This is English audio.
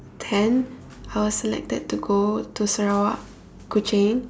ten I was selected to go to Sarawak Kuching